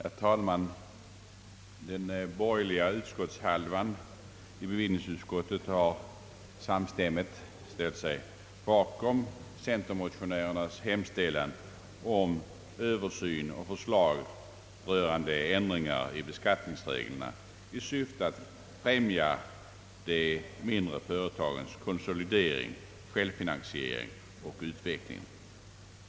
Herr talman! Den borgerliga hälften i bevillningsutskottet har samstämmigt ställt sig bakom centermotionärernas hemställan om översyn och förslag rörande ändringar i beskattningsreglerna i syfte att främja de mindre företagens konsolidering, självfinansiering och utveckling.